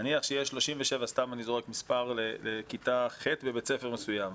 נניח שיהיה 37 לכיתה ח' בבית ספר מסוים,